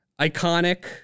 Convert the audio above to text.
Iconic